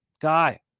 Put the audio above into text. guy